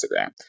Instagram